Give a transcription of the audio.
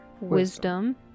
wisdom